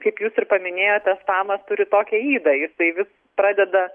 kaip jūs ir paminėjote spamas turi tokią ydą jisai vis pradeda